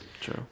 True